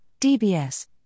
DBS